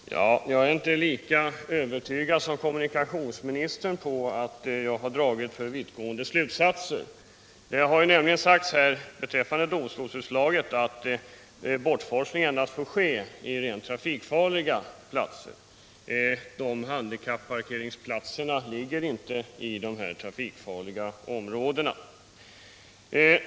Herr talman! Jag är inte lika övertygad som kommunikationsministern om att jag har dragit för vittgående slutsatser. Det har nämligen sagts här beträffande domstolsutslaget att bortforsling endast får ske från platser där parkering är rent trafikfarlig. Parkeringsplatserna för handikappade ligger inte i de trafikfarliga områdena.